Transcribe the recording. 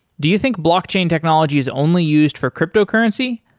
do you think blockchain technology is only used for cryptocurrency?